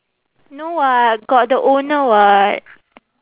no [what] got the owner [what]